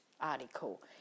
article